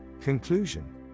Conclusion